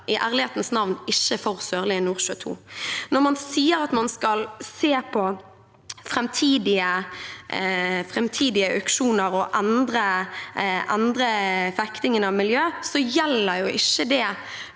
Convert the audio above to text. i ærlighetens navn ikke for Sørlige Nordsjø II. Når man sier at man skal se på framtidige auksjoner og endre vektingen av miljø, gjelder jo ikke